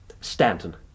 Stanton